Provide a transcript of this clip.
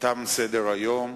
תם סדר-היום.